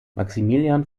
maximilian